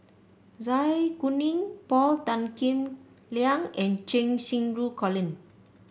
Zai Kuning Paul Tan Kim Liang and Cheng Xinru Colin